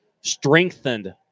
strengthened